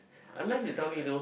unless I really like